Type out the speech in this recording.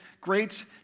great